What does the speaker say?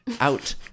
Out